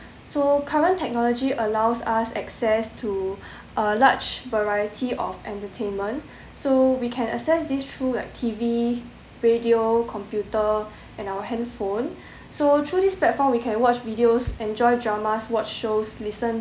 so current technology allows us access to a large variety of entertainment so we can access these through like T_V radio computer and our handphone so through this platform we can watch videos enjoy drama watch shows listen